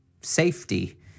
safety